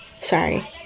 Sorry